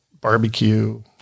barbecue